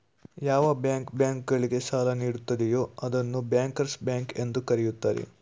ಯಾವ bank bank ಗಳಿಗೆ ಸಾಲ ನೀಡುತ್ತದೆಯೂ ಅದನ್ನು ಬ್ಯಾಂಕರ್ಸ್ ಬ್ಯಾಂಕ್ ಎಂದು ಕರೆಯುತ್ತಾರೆ